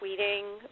tweeting